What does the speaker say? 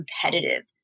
competitive